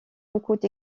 beaucoup